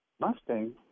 Mustang